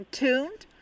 tuned